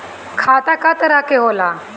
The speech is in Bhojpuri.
खाता क तरह के होला?